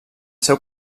seu